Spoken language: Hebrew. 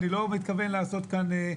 אני לא מתכוון לעשות כאן,